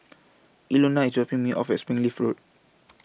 Ilona IS dropping Me off At Springleaf Road